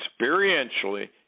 experientially